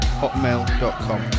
hotmail.com